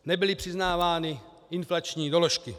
Nebyly přiznávány inflační doložky.